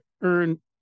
earn